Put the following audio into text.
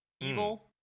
evil